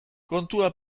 kontua